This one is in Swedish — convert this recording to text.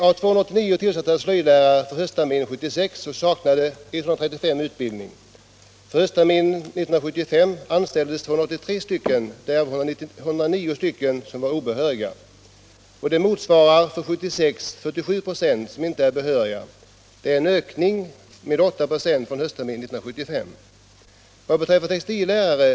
60 kandidater intas varje år till slöjdlärarutbildning, och när det gäller utbildning av textillärare har 96 intagits för 1977-1978.